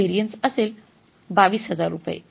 तर व्हेरिएन्स असेल २२००० रुपये